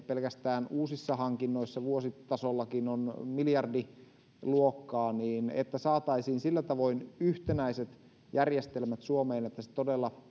pelkästään uusissa ict hankinnoissa vuositasollakin on miljardiluokkaa että saataisiin sillä tavoin yhtenäiset järjestelmät suomeen että ne todella